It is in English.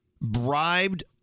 bribed